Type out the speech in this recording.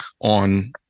on